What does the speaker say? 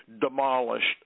demolished